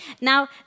Now